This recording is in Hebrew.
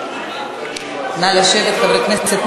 נא לשבת, חברי הכנסת.